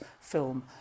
film